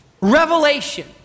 Revelation